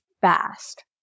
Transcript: fast